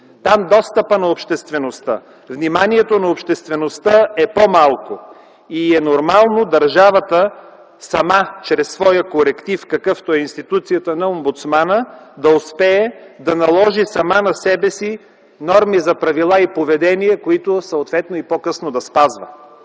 Там достъпът на обществеността, вниманието на обществеността е по-малко и е нормално държавата сама, чрез своя коректив, какъвто е институцията на Омбудсмана, да успее да наложи сама на себе си норми за правила и поведение, които съответно и по-късно да спази.